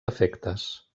afectes